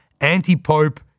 anti-pope